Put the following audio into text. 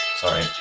sorry